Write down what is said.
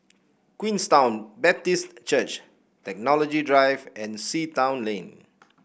Queenstown Baptist Church Technology Drive and Sea Town Lane